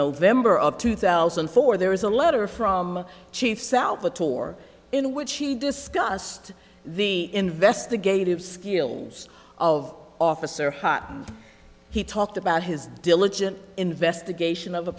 november of two thousand and four there was a letter from chief salvatore in which he discussed the investigative skills of officer hutton he talked about his diligent investigation of a